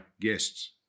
guests